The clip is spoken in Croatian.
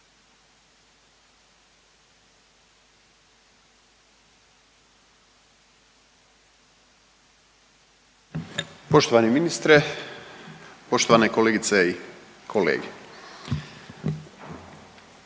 Poštovani ministre, poštovane kolegice i kolege.